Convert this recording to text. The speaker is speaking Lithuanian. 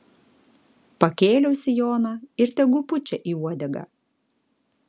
pakėliau sijoną ir tegu pučia į uodegą